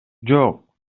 жок